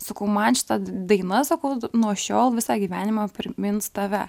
sakau man šita d daina sakau nuo šiol visą gyvenimą primins tave